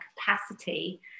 capacity